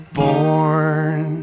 born